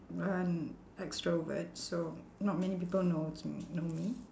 an extrovert so not many people knows me know me